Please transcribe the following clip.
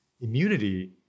immunity